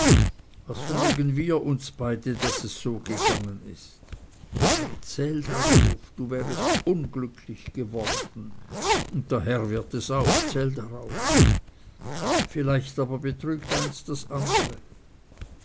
was vermögen wir uns beide daß es so gegangen aber zähl darauf du wärest unglücklich geworden und der herr wird es auch zähl darauf vielleicht aber betrügt eins das andere